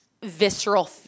Visceral